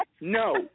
No